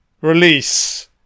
Release